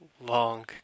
long